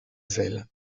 zèle